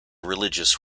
religious